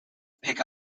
pick